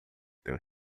tenho